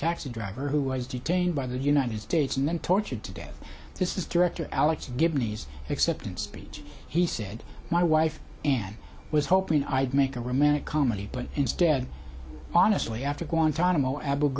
taxi driver who was detained by the united states and then tortured to death this is director alex give nice acceptance speech he said my wife and i was hoping i'd make a romantic comedy but instead honestly after guantanamo abu